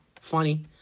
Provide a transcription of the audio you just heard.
Funny